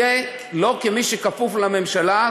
יהיה לא כמי שכפוף לממשלה,